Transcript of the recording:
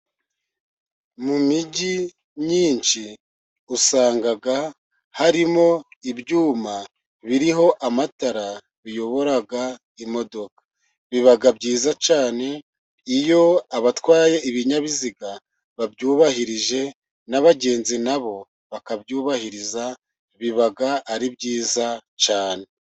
Mu mijyi myinshi, usanga harimo ibyuma biriho amatara biyobora imodoka, biba byiza cyane iyo abatwaye ibinyabiziga babyubahirije n'abagenzi nabo, bakabyubahiriza biba ari byiza cyane.